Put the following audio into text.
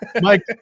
Mike